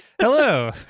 Hello